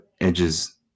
Edge's